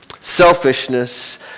selfishness